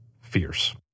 fierce